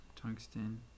Tungsten